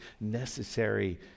necessary